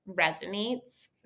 resonates